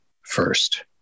First